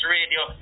Radio